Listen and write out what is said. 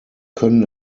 können